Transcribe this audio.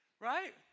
right